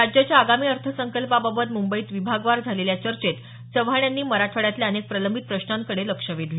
राज्याच्या आगामी अर्थसंकल्पाबाबत मुंबईत विभागवार झालेल्या चर्चेत चव्हाण यांनी मराठवाड्यातील अनेक प्रलंबित प्रश्नांकडे लक्ष वेधलं